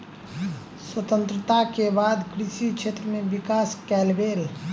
स्वतंत्रता के बाद कृषि क्षेत्र में विकास कएल गेल